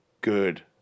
good